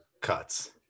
cuts